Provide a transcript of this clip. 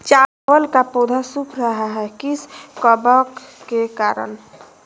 चावल का पौधा सुख रहा है किस कबक के करण?